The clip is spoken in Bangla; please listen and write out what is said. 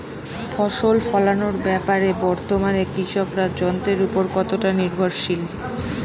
ফসল ফলানোর ব্যাপারে বর্তমানে কৃষকরা যন্ত্রের উপর কতটা নির্ভরশীল?